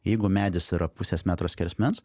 jeigu medis yra pusės metro skersmens